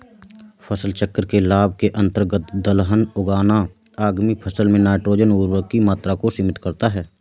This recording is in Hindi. फसल चक्र के लाभ के अंतर्गत दलहन उगाना आगामी फसल में नाइट्रोजन उर्वरक की मात्रा को सीमित करता है